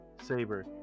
Saber